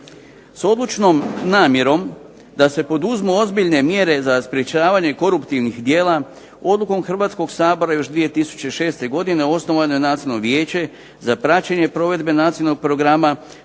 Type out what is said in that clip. S odlučnom namjerom da se poduzmu ozbiljne mjere za sprečavanje koruptivnih djela odlukom Hrvatskog sabora još 2006. godine osnovano je Nacionalnog vijeća za praćenje provedbe nacionalnog programa